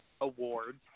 Awards